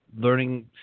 learning